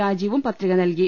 രാജീവും പത്രിക നൽകി